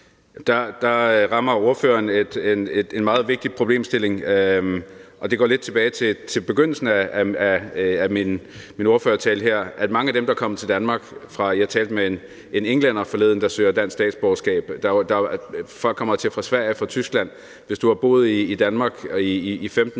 Nu rammer spørgeren en meget vigtig problemstilling, og det går lidt tilbage til begyndelsen af min ordførertale her, i forhold til mange af dem, der er kommet til Danmark – jeg talte med en englænder forleden, der søger dansk statsborgerskab, og folk kommer hertil fra Sverige og fra Tyskland. Hvis du har boet i Danmark i 15